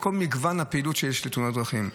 בכל מגוון הפעילות שיש לתאונות דרכים.